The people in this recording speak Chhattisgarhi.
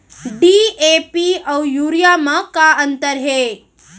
डी.ए.पी अऊ यूरिया म का अंतर हे?